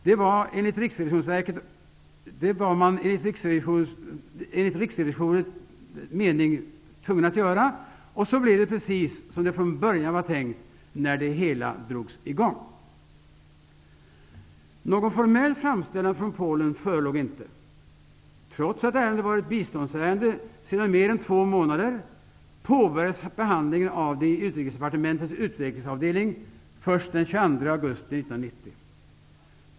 Det var man tvungen att göra, enligt Riksrevisionsverket, och så blev det precis som det var tänkt från början, när det hela drogs i gång. Någon formell framställan från Polen förelåg inte. Trots att ärendet var ett biståndsärende sedan mer än två månader, påbörjades behandlingen av det i Utrikesdepartementets utvecklingsavdelning först den 22 augusti 1990.